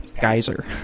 Geyser